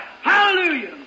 Hallelujah